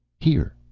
here.